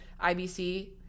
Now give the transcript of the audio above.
IBC